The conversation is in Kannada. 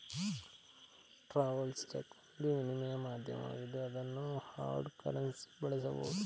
ಟ್ರಾವೆಲ್ಸ್ ಚೆಕ್ ಒಂದು ವಿನಿಮಯ ಮಾಧ್ಯಮವಾಗಿದ್ದು ಅದನ್ನು ಹಾರ್ಡ್ ಕರೆನ್ಸಿಯ ಬಳಸಬಹುದು